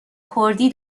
کردی